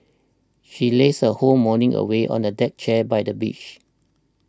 she lazed her whole morning away on the deck chair by the beach